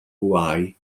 bwâu